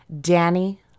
Danny